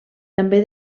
també